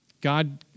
God